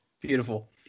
beautiful